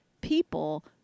People